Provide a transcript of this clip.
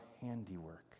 handiwork